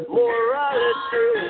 morality